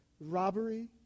robbery